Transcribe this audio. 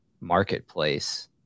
marketplace